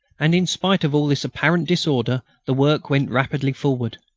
and in spite of all this apparent disorder the work went rapidly forward.